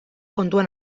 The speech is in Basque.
kontuan